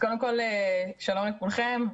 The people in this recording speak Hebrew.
שלום לכולם,